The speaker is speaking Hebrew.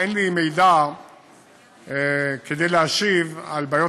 אין לי מידע כדי להשיב על בעיות